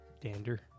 Dander